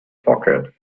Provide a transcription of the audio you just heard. pocket